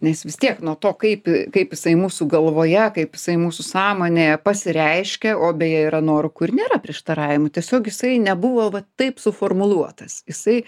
nes vis tiek nuo to kaip kaip jisai mūsų galvoje kaip jisai mūsų sąmonėje pasireiškia o beje yra norų kur nėra prieštaravimų tiesiog jisai nebuvo va taip suformuluotas jisai